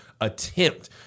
attempt